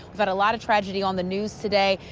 but a lot of tragedy on the news today.